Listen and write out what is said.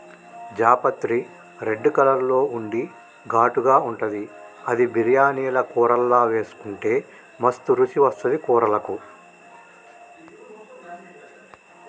జాపత్రి red colour లో ఉండి ఘాటుగా ఉంటది అది బిర్యానీల కూరల్లా వేసుకుంటే మస్తు రుచి వస్తది కూరలకు